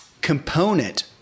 component